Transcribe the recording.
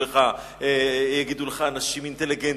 יגידו לך אנשים אינטליגנטים.